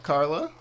Carla